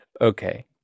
Okay